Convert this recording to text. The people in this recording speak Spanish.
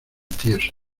tieso